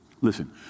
Listen